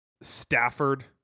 Stafford